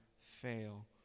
fail